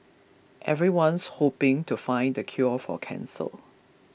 everyone's hoping to find the cure for cancer